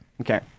Okay